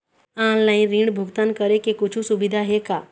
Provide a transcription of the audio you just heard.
Online ऋण भुगतान करे के कुछू सुविधा हे का?